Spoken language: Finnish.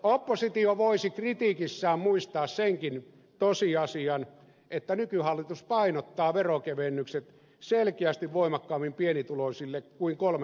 oppositio voisi kritiikissään muistaa senkin tosiasian että nykyhallitus painottaa veronkevennykset selkeästi voimakkaammin pienituloisille kuin kolme aikaisempaa hallitusta